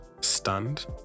stunned